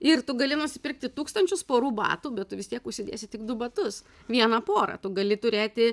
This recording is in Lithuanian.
ir tu gali nusipirkti tūkstančius porų batų bet tu vis tiek užsidėsi tik du batus vieną porą tu gali turėti